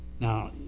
Now